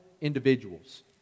individuals